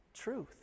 truth